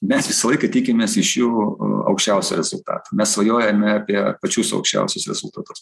mes visą laiką tikimės iš jų aukščiausių rezultatų mes svajojame apie pačius aukščiausius rezultatus